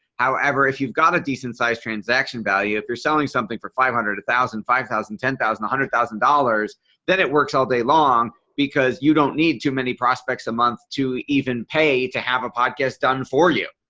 however, if you've got a decent-sized transaction value if you're selling something for five hundred thousand five thousand ten thousand hundred thousand dollars then it works all day long because you don't need too many prospects a month to even pay to have a podcast done for you.